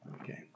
Okay